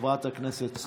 חברת הכנסת סטרוק.